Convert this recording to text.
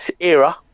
era